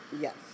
Yes